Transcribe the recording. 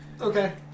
Okay